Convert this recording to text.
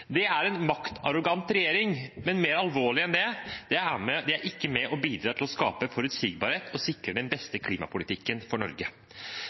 Det er en maktarrogant regjering, men mer alvorlig enn det – de er ikke med på å bidra til å skape forutsigbarhet og sikre den beste klimapolitikken for Norge.